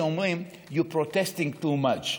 שאומרים: You're protesting too match.